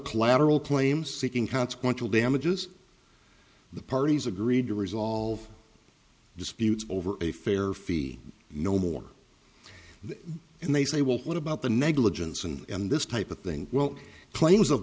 collateral claims seeking consequential damages the parties agreed to resolve disputes over a fair fee no more and they say well what about the negligence and this type of thing well claims of